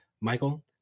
Michael